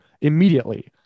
immediately